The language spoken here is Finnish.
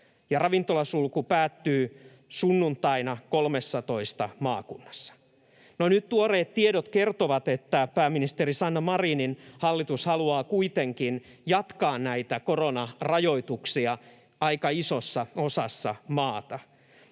ravintolasulku päättyy sunnuntaina kolmessatoista maakunnassa. No, nyt tuoreet tiedot kertovat, että pääministeri Sanna Marinin hallitus haluaa kuitenkin jatkaa näitä koronarajoituksia aika isossa osassa maata.